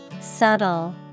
Subtle